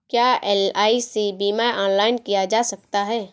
क्या एल.आई.सी बीमा ऑनलाइन किया जा सकता है?